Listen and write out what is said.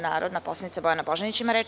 Narodna poslanica Bojana Božanić ima reč.